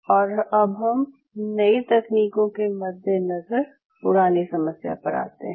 और अब हम नई तकनीकों के मद्देनज़र पुरानी समस्या पर आते हैं